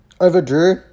Overdrew